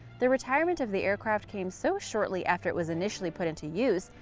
the retirement of the aircraft came so shortly after it was initially put into use,